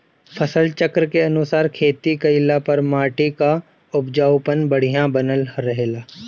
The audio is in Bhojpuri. फसल चक्र के अनुसार खेती कइले पर माटी कअ उपजाऊपन बढ़िया बनल रहेला